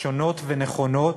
שונות ונכונות: